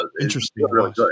interesting